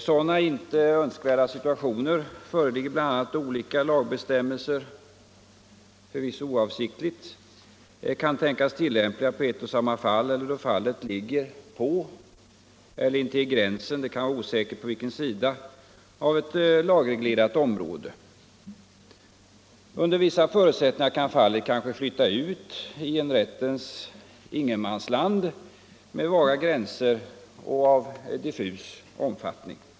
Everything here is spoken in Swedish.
Sådana inte önskvärda situationer föreligger bl.a. då olika lagbestämmelser — förvisso oavsiktligt — kan tänkas tillämpliga på ett och samma fall eller då fallet ligger på eller intill gränsen, osäkert på vilken sida, av ett lagreglerat område. Under vissa förutsättningar kan fallet kanske flyta ut i en rättens ingenmansland med vaga gränser och av diffus omfattning.